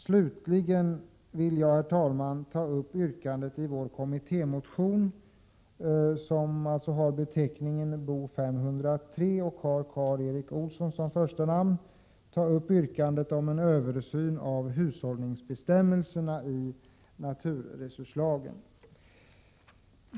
Slutligen vill jag, herr talman, ta upp yrkandet i vår kommittémotion, som har beteckningen Bo503 och har Karl Erik Olsson som första namn, om en översyn av hushållningsbestämmelserna i naturresurslagen.